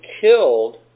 killed